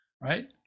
right